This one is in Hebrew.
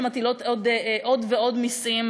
שהן מטילות עוד ועוד מסים,